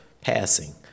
passing